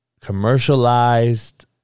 commercialized